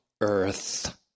Earth